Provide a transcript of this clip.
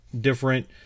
different